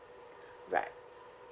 right